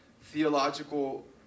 theological